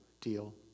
deal